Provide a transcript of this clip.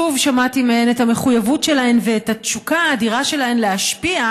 שוב שמעתי מהן את המחויבות שלהן ואת התשוקה האדירה שלהן להשפיע,